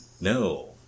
No